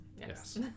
yes